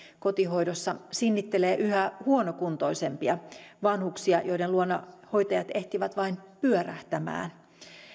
kotihoidossa sinnittelee yhä huonokuntoisempia vanhuksia joiden luona hoitajat ehtivät vain pyörähtämään